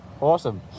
awesome